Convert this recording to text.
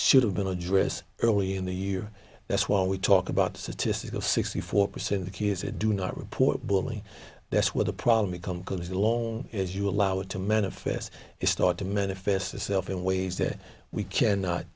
should've been addressed early in the year that's why we talk about statistical sixty four percent of the kids who do not report bully that's where the problem becomes good as long as you allow it to manifest it's thought to manifest itself in ways that we cannot